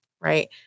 right